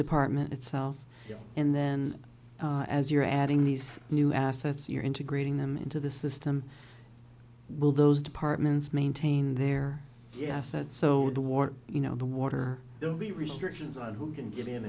department itself and then as you're adding these new assets you're integrating them into the system will those departments maintain their yeah said so the war you know the water they'll be restrictions on who can get